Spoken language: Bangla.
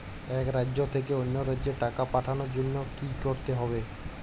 এক রাজ্য থেকে অন্য রাজ্যে টাকা পাঠানোর জন্য কী করতে হবে?